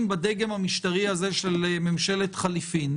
בדגם המשטרי הזה של ממשלת חילופים,